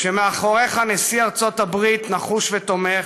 כשמאחוריך נשיא ארצות הברית נחוש ותומך,